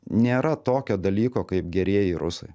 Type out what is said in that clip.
nėra tokio dalyko kaip gerieji rusai